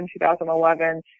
2011